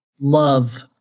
love